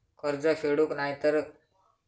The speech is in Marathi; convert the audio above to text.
कर्ज फेडूक नाय तर?